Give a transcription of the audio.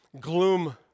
gloom